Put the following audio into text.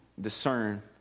discern